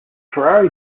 ferrari